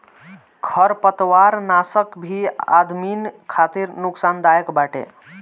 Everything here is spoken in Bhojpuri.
खरपतवारनाशक भी आदमिन खातिर नुकसानदायक बाटे